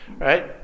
Right